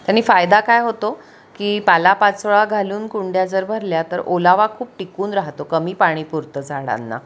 त्यानी फायदा काय होतो की पालापाचोळा घालून कुंड्या जर भरल्या तर ओलावा खूप टिकून राहतो कमी पाणी पुरतं झाडांना